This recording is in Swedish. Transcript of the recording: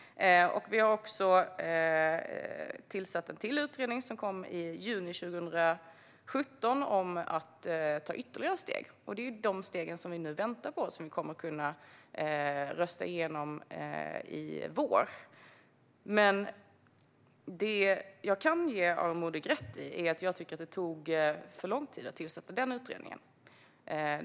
Vi har också tillsatt ytterligare en utredning, som kom i juni 2017, om att ta ytterligare steg. Det är dessa steg vi nu väntar på, som vi kommer att kunna rösta igenom i vår. Jag kan ge Aron Modig rätt i att det tog för lång tid att tillsätta den utredningen.